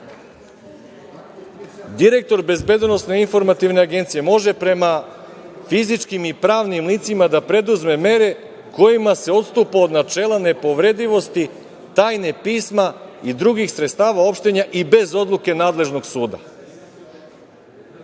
direktor Bezbednosne informativne agencije može prema fizičkim i pravnim licima da preduzme mere kojima se odstupa od načela nepovredivosti tajne pisma i drugih sredstava opštenja i bez odluke nadležnog suda.